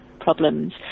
problems